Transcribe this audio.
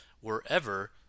wherever